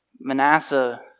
Manasseh